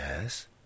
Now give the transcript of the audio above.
yes